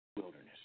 Wilderness